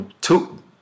two